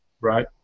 right